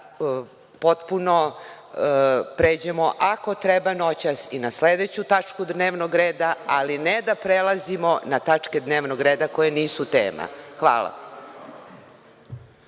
da potpuno pređemo ako treba noćas i na sledeću tačku dnevnog reda, ali ne da prelazimo na tačke dnevnog reda koje nisu tema. Hvala.